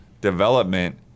development